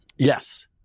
Yes